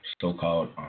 so-called